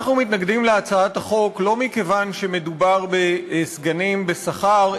אנחנו מתנגדים להצעת החוק לא מכיוון שמדובר בסגנים בשכר.